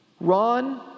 Ron